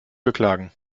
beklagen